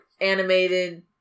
animated